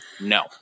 No